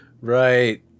Right